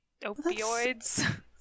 opioids